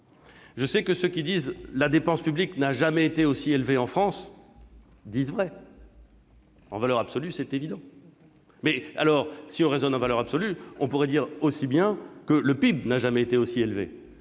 pas facile. Ceux qui disent que la dépense publique n'a jamais été aussi élevée en France disent vrai. En valeur absolue, c'est évident. Mais, si l'on raisonne en valeur absolue, on peut tout aussi bien dire que le PIB n'a jamais été aussi élevé